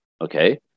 okay